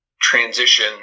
transition